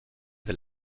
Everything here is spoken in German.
der